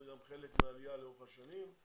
וזה גם חלק מהעלייה לאורך השנים.